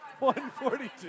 142